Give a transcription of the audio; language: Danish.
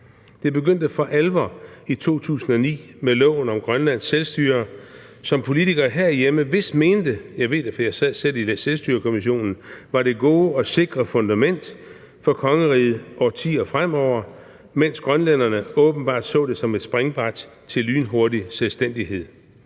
Det begyndte for alvor i 2009 med loven om Grønlands selvstyre, som politikere herhjemme vist mente – jeg ved det, for jeg sad selv i Selvstyrekommissionen – var det gode og sikre fundament for kongeriget årtier fremover, mens grønlænderne åbenbart så det som et springbræt til lynhurtig selvstændighed.